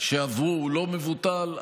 שעברו הוא לא מבוטל,